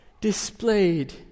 displayed